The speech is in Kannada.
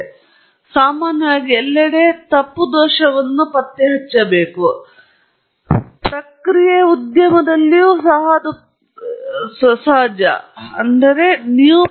ಮತ್ತು ಅದು ಸಾಮಾನ್ಯವಾಗಿ ಎಲ್ಲೆಡೆ ತಪ್ಪು ದೋಷವನ್ನು ಪತ್ತೆ ಹಚ್ಚುತ್ತದೆ ಪ್ರಕ್ರಿಯೆ ಉದ್ಯಮದಲ್ಲಿಯೂ ಸಹ ಅದು ಪರಿಸ್ಥಿತಿ